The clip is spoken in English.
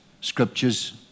scriptures